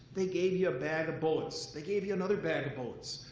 they gave you a bag of bullets. they gave you another bag of bullets.